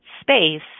space